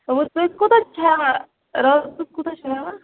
اَوٕ تُہۍ کوٗتاہ چھُو ہٮ۪وان راتس کوٗتاہ چھُو ہٮ۪وان